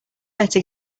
better